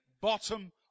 bottom